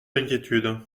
d’inquiétude